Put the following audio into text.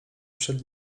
przed